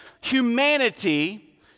humanity